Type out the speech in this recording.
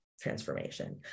transformation